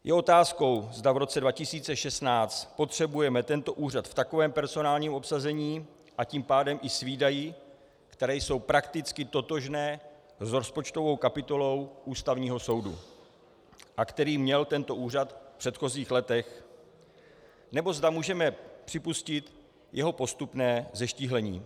Je otázkou, zda v roce 2016 potřebujeme tento úřad v takovém personálním obsazení, a tím pádem i s výdaji, které jsou prakticky totožné s rozpočtovou kapitolou Ústavního soudu a které měl tento úřad v předchozích letech, nebo zda můžeme připustit jeho postupné zeštíhlení.